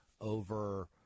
over